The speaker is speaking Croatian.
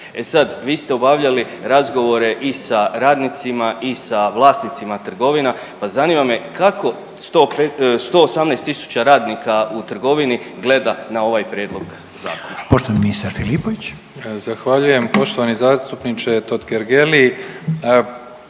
E sad vi ste obavljali razgovore i sa radnicima i sa vlasnicima trgovina, pa zanima me kako 118000 radnika u trgovini gleda na ovaj prijedlog zakona? **Reiner, Željko (HDZ)** Poštovani ministar